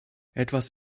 etwas